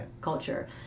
culture